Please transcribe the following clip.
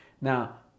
now